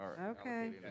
Okay